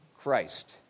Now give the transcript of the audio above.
Christ